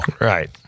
Right